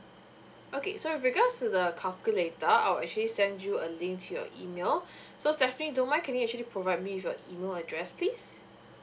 okay so with regards to the calculator I'll actually send you a link to your email so stephanie if you don't mind can you actually provide me with your email address please